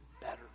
better